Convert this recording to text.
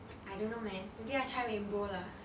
I don't know man maybe I try rainbow lah